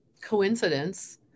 coincidence